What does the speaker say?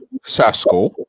Sasko